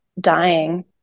dying